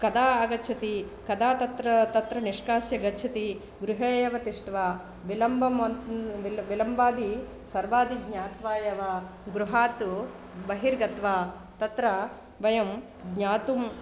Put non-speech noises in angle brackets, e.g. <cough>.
कदा आगच्छति कदा तत्र तत्र निष्कास्य गच्छति गृहे एव तिष्ट्वा विलम्बम् ओन् <unintelligible> विलम्बादि सर्वादि ज्ञात्वा एव गृहात् बहिर्गत्वा तत्र वयं ज्ञातुं